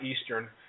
Eastern